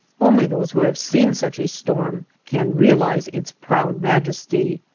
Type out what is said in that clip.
only those who have seen such a storm can realize its proud majesty.